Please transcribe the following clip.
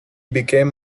became